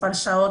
מספר שעות,